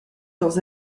dans